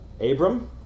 Abram